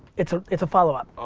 it's ah it's a follow up.